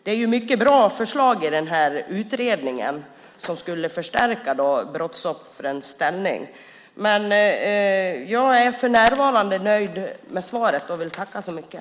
Det finns många bra förslag i den här utredningen som skulle förstärka brottsoffrens ställning. Jag är för närvarande nöjd med svaret och vill tacka så mycket!